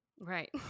Right